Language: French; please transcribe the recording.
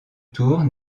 tours